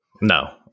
No